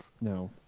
No